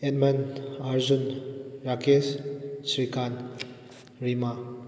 Edmund Arjun Rakesh Srikant Rima